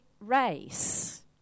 race